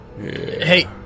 Hey